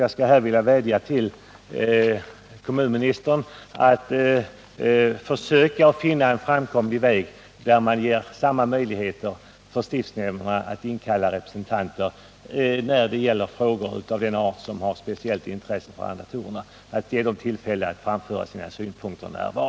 Jag skulle här vilja vädja till kommunministern att försöka finna en framkomlig väg, där man ger samma möjligheter för stiftsnämnderna att inkalla representanter när det gäller frågor som har speciellt intresse för arrendatorerna — att ge dessa tillfälle att närvara och framföra sina synpunkter.